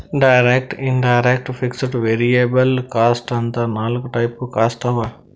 direct, indirect, fixed, variable cost ಅಂತ್ ನಾಕ್ type cost ಅವಾ